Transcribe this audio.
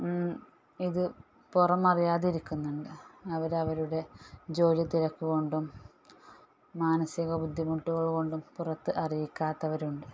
ഇത് പുറമറിയാതെ ഇരിക്കുന്നുണ്ട് അവരവരുടെ ജോലിത്തിരക്ക് കൊണ്ടും മാനസിക ബുദ്ധിമുട്ടുകൾ കൊണ്ടും പുറത്ത് അറിയിക്കാത്തവരുണ്ട്